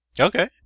Okay